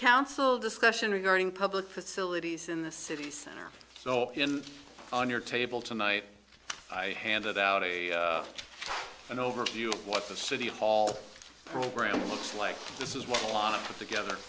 council discussion regarding public facilities in the city center so on your table tonight i handed out a an overview of what the city hall program looks like this is what a lot of work together